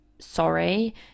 sorry